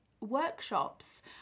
workshops